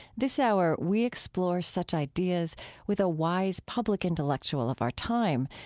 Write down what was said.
this hour, we explore such ideas with a wise public intellectual of our time,